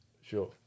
Sure